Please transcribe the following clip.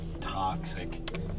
toxic